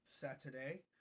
Saturday